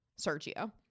sergio